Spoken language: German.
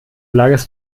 lagerst